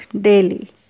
daily